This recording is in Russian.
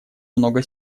много